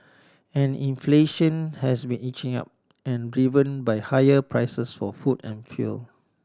and inflation has been inching up and driven by higher prices for food and fuel